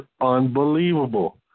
unbelievable